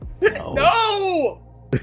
No